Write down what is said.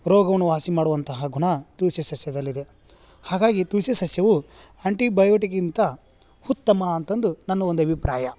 ರೋಗವನ್ನು ವಾಸಿ ಮಾಡುವಂತಹ ಗುಣ ತುಳಸಿ ಸಸ್ಯದಲ್ಲಿದೆ ಹಾಗಾಗಿ ತುಳಸಿ ಸಸ್ಯವು ಆಂಟಿಬಯೋಟಿಗಿಂತ ಉತ್ತಮ ಅಂತಂದು ನನ್ನ ಒಂದು ಅಭಿಪ್ರಾಯ